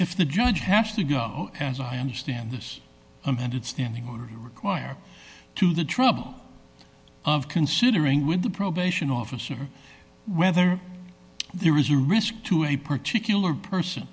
if the judge has to go as i understand this amended standing order to require to the trouble of considering with a probation officer whether there is a risk to a particular person